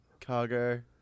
cargo